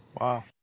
Wow